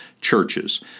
churches